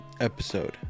episode